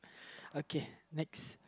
okay next